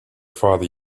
father